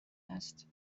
است